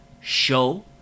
show